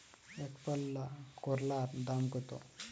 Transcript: একপাল্লা করলার দাম কত?